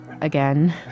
again